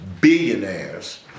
billionaires